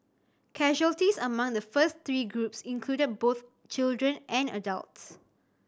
casualties among the first three groups included both children and adults